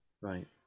Right